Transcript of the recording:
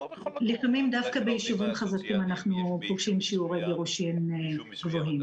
לפעמים דווקא בישובים חזקים אנחנו פוגשים שיעורי גירושין גבוהים.